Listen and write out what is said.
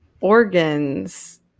organs